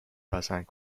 پسند